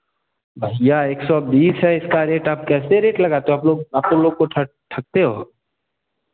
भैया एक सौ बीस है इसका रेट आप कैसे रेट लगाते हो आप लोग आप तो लोग को ठग ठगते हो